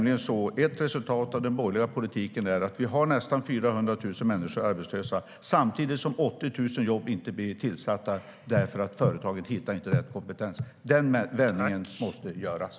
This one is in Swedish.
Ett resultat av den borgerliga politiken är nämligen att vi har nästan 400 000 som är arbetslösa samtidigt som 80 000 jobb inte blir tillsatta eftersom företagen inte hittar rätt kompetens. Den vändningen måste göras.